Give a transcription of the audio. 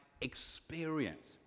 experience